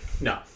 No